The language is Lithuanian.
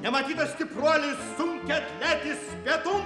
nematytas stipruolis sunkiaatletis pietums